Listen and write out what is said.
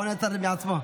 השעון נעצר מעצמו.